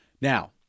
Now